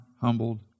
humbled